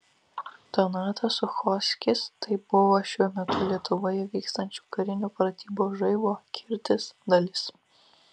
donatas suchockis tai buvo šiuo metu lietuvoje vykstančių karinių pratybų žaibo kirtis dalis